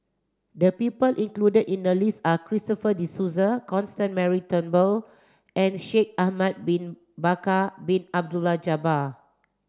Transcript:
the people included in the list are Christopher De Souza Constance Mary Turnbull and Shaikh Ahmad bin Bakar Bin Abdullah Jabbar